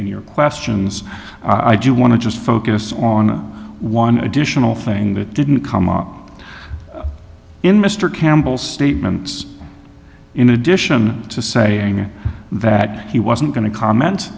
in your questions i do want to just focus on one additional thing that didn't come up in mr campbell statements in addition to saying that he wasn't going to comment